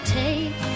take